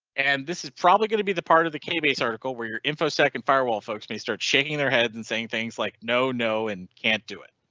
and this is probably going to be the part of the cabase article where your info second firewall folks may start shaking their heads and saying things like, no, and can't do it.